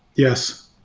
yes.